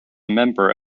member